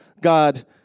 God